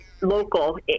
local